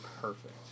perfect